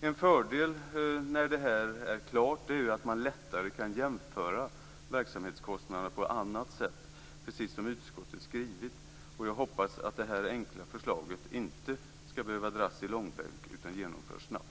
En fördel när det som föreslås är klart är att man lättare kan jämföra verksamhetskostnaderna på annat sätt, precis som utskottet skrivit. Jag hoppas att det här enkla förslaget inte skall behöva dras i långbänk utan kan genomföras snabbt.